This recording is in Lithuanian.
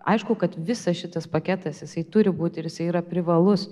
aišku kad visas šitas paketas jisai turi būti ir jisai yra privalus